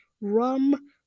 rum